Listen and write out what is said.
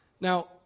Now